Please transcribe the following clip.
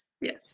Yes